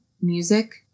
music